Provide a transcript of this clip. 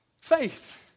faith